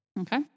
Okay